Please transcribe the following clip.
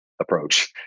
approach